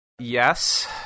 Yes